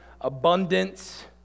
abundance